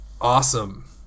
awesome